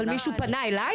אבל מישהו פנה אליך.